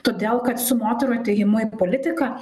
todėl kad su moterų atėjimu į politiką